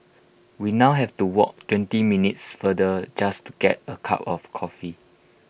we now have to walk twenty minutes farther just to get A cup of coffee